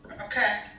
Okay